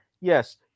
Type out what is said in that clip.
yes